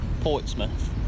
Portsmouth